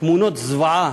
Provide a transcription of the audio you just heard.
תמונות זוועה.